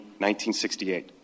1968